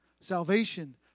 salvation